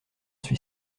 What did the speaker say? suis